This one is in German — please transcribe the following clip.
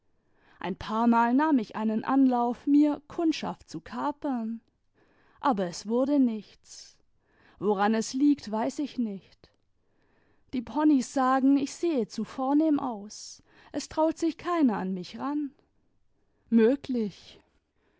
ein paarmal nahm ich einen anlauf mir kundschaft zu kapern aber es wurde nichts woran es liegt weiß ich nickt die ponys sagen ich sehe zu vornehm aus es traut sich keiner an mich ran möglich